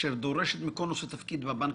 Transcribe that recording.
אשר דורשת מכל נושא תפקיד בבנק,